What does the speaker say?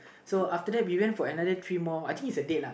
so after that we went for another three more I think is a date lah